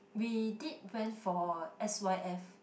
we did went for s_y_f